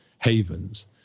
havens